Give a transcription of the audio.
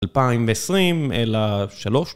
אלפיים ועשרים אלא שלוש